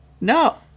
No